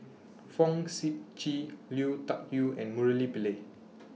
Fong Sip Chee Lui Tuck Yew and Murali Pillai